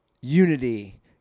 unity